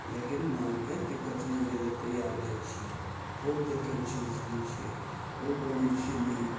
लेकिन मालके दिक्कत नहि दै लए तैयार रहय छियै खूब देखय छियै खूब बोलय छियै